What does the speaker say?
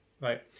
right